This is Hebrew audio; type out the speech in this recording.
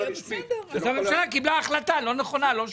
הממשלה קיבלה החלטה לא נכונה ולא שוויונית.